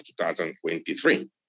2023